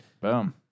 Boom